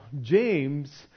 James